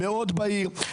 מאוד בהיר.